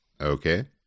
Okay